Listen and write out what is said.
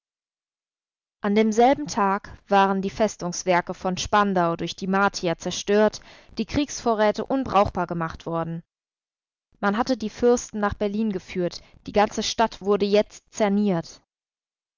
an demselben tag waren die festungswerke von spandau durch die martier zerstört die kriegsvorräte unbrauchbar gemacht worden man hatte die fürsten nach berlin geführt die ganze stadt wurde jetzt